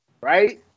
right